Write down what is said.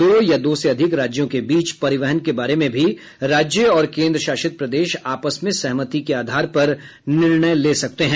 दो या दो से अधिक राज्यों के बीच परिवहन के बारे में भी राज्य और केन्द्रशासित प्रदेश आपस में सहमति के आधार पर निर्णय ले सकते हैं